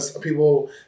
people